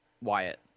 Wyatt